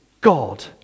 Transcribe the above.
God